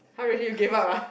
!huh! really you gave up ah